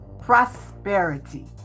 prosperity